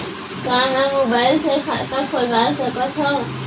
का मैं मोबाइल से खाता खोलवा सकथव?